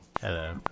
hello